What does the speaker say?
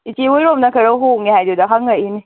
ꯏꯆꯦ ꯍꯣꯏꯔꯣꯝꯅ ꯈꯔ ꯍꯣꯡꯉꯦ ꯍꯥꯏꯗꯨꯗ ꯍꯪꯉꯛꯏꯅꯤ